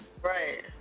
Right